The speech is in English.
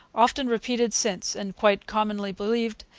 often repeated since, and quite commonly believed,